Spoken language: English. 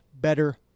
better